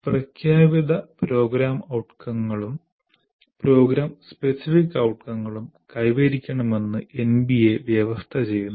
പ്രഖ്യാപിത പ്രോഗ്രാം ഔട്ട്കമുകളും program specific ഔട്ട്കമുകളും കൈവരിക്കണമെന്ന് എൻബിഎ വ്യവസ്ഥ ചെയ്യുന്നു